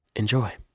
enjoy